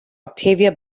octavia